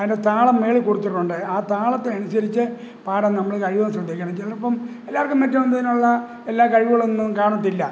അതിന്റെ താളം മുകളില് കൊടുത്തിട്ടുണ്ട് ആ താളത്തിനനുസരിച്ച് പാടാന് നമ്മള് കഴിവതും ശ്രദ്ധിക്കണം ചിലപ്പോള് എല്ലാവർക്കും മറ്റുന്നയ്നുള്ള എല്ലാ കഴിവുകളൊന്നും കാണത്തില്ല